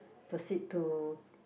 proceed to